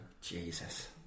Jesus